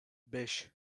beş